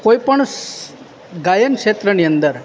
કોઈ પણ સ ગાયન ક્ષેત્રની અંદર